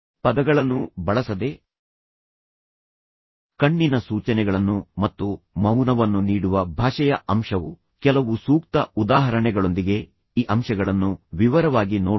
ಪದಗಳನ್ನು ಬಳಸದೆ ಕಣ್ಣಿನ ಸೂಚನೆಗಳನ್ನು ಮತ್ತು ಮೌನವನ್ನು ನೀಡುವ ಭಾಷೆಯ ಅಂಶವು ಕೆಲವು ಸೂಕ್ತ ಉದಾಹರಣೆಗಳೊಂದಿಗೆ ಈ ಅಂಶಗಳನ್ನು ವಿವರವಾಗಿ ನೋಡೋಣ